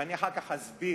ואני אחר כך אסביר,